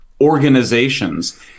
organizations